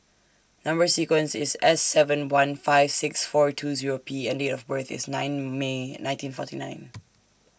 Number sequence IS S seven one five six four two Zero P and Date of birth IS nine May nineteen forty nine